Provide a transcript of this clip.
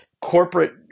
corporate